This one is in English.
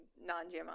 non-GMO